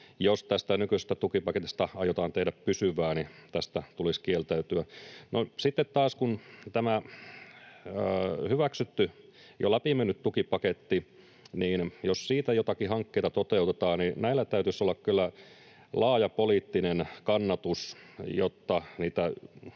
jos tästä nykyisestä tukipaketista aiotaan tehdä pysyvää, niin myöskin tästä tulisi kieltäytyä. Sitten taas jos tästä hyväksytystä, jo läpi menneestä tukipaketista joitakin hankkeita toteutetaan, niin näillä täytyisi kyllä olla laaja poliittinen kannatus, jotta niitä